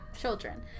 children